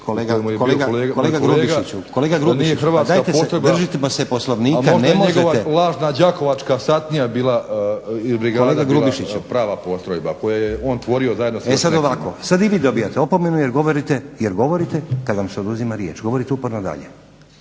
Kolega Grubišiću dajte se držite, držimo se Poslovnika. Ne možete. Kolega Grubišiću. E sad ovako, sad i vi dobivate opomenu jer govorite kad vam se oduzima riječ, govorite upozno dalje.